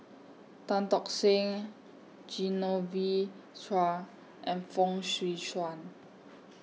Tan Tock Seng Genevieve Chua and Fong Swee Suan